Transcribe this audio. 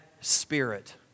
spirit